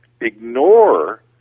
ignore